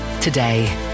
today